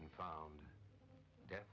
and found that